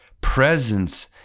presence